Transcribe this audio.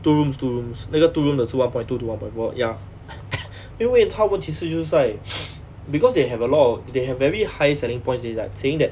two rooms two rooms 那个 two rooms 的是 one point two to one point four ya 因为它问题就是在 because they have a lot of they have very high selling price it's like saying that